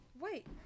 wait